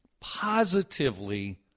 positively